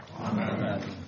Amen